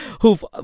Who've